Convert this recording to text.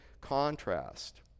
contrast